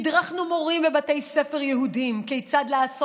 הדרכנו מורים בבתי ספר יהודיים כיצד לעשות